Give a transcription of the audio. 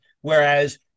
whereas